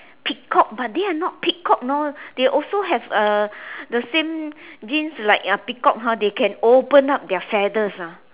peacock but they are not peacock you know they also have uh the same genes like a peacock ha they can open up their feathers ah